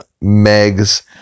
meg's